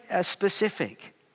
specific